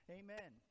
amen